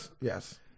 Yes